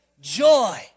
joy